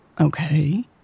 Okay